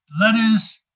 letters